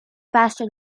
faster